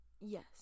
Yes